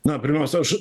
na pirmiausia aš